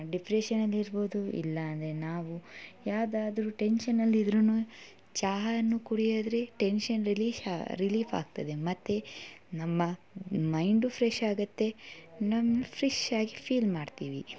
ಡಿಪ್ರೆಶನ್ನಲ್ಲಿ ಇರಬಹುದು ಇಲ್ಲಾಂದ್ರೆ ನಾವು ಯಾವುದಾದ್ರು ಟೆನ್ಶನಲ್ಲಿ ಇದ್ರೂ ಚಹವನ್ನು ಕುಡಿಯದ್ರೆ ಟೆನ್ಶನ್ ರಿಲೀಫ್ ರಿಲೀಫಾಗ್ತದೆ ಮತ್ತೆ ನಮ್ಮ ಮೈಂಡು ಫ್ರೆಶ್ ಆಗುತ್ತೆ ನಮ್ಮ ಫ್ರೆಶ್ಶಾಗಿ ಫೀಲ್ ಮಾಡ್ತೀವಿ